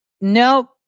nope